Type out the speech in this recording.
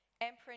Emperor